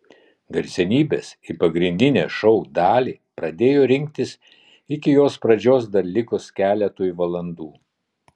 garsenybės į pagrindinę šou dalį pradėjo rinktis iki jos pradžios dar likus keletui valandų